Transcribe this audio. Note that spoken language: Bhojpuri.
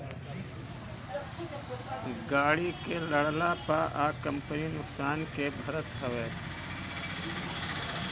गाड़ी के लड़ला पअ कंपनी नुकसान के भरत हवे